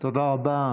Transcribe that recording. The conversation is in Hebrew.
תודה רבה.